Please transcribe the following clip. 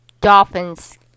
Dolphins